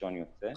ראשון יוצא.